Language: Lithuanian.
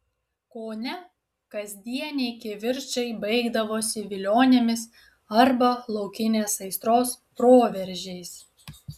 kone kasdieniai kivirčai baigdavosi vilionėmis arba laukinės aistros proveržiais